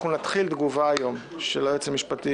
אנחנו נתחיל תגובה היום של היועץ המשפטי